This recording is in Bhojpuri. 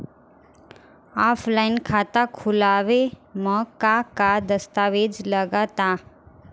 ऑफलाइन खाता खुलावे म का का दस्तावेज लगा ता?